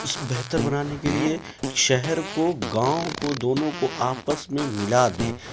بہتر بنانے کے لیے شہر کو گاؤں کو دونوں کو آپس میں ملا دیں